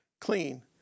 Clean